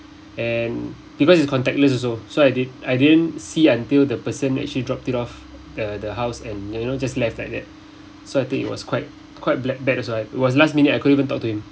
and because is contactless also so I didn't I didn't see until the person actually dropped it off the the house and you know just left like that so I think it was quite quite black~ bad as well it was last minute I couldn't even talk to him